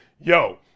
yo